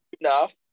enough